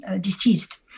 deceased